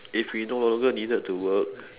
if we no longer needed to work